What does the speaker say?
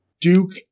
Duke